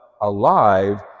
alive